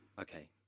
Okay